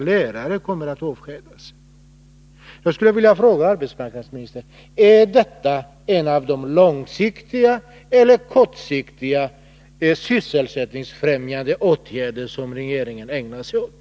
Det kommer att medföra att 300-400 lärare kommer att avskedas.